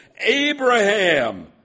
Abraham